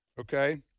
Okay